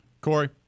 Corey